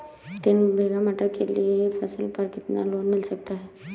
तीन बीघा मटर के लिए फसल पर कितना लोन मिल सकता है?